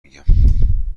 میگم